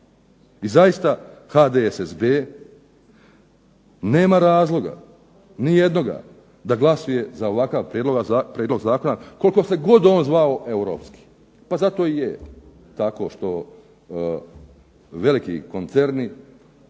I zaista HDSSB, nema razloga ni jednoga da glasuje za ovakav prijedlog zakona koliko se god on zvao europski, pa zato i je tako što veliki koncerni,